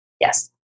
Yes